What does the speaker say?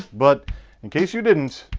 but in case you didn't,